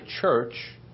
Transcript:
church